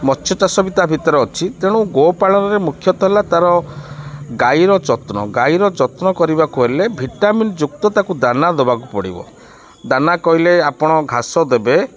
ମତ୍ସ୍ୟ ଚାଷବି ତା ଭିତରେ ଅଛି ତେଣୁ ଗୋପାଳନରେ ମୁଖ୍ୟତଃ ହେଲା ତା'ର ଗାଈର ଯତ୍ନ ଗାଈର ଯତ୍ନ କରିବାକୁ ହେଲେ ଭିଟାମିନ୍ ଯୁକ୍ତ ତାକୁ ଦାନା ଦେବାକୁ ପଡ଼ିବ ଦାନା କହିଲେ ଆପଣ ଘାସ ଦେବେ